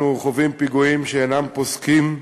אנחנו חווים פיגועים שאינם פוסקים,